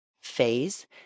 phase